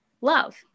love